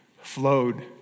flowed